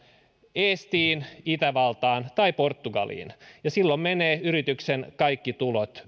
eestiin itävaltaan tai portugaliin ja silloin menevät myös yrityksen kaikki tulot